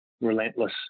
relentless